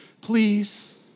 Please